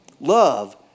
Love